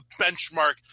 benchmark